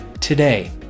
today